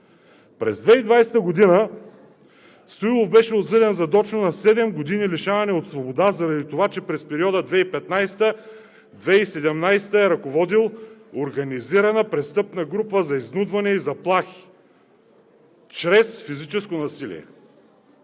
През 2020 г. Стоилов беше осъден задочно на седем години лишаване от свобода заради това, че през периода 2015 – 2017 г. е ръководил организирана престъпна група за изнудване и заплахи чрез физическо насилие.